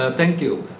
ah thank you.